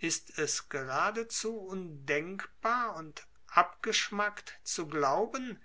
ist es geradezu undenkbar und abgeschmackt zu glauben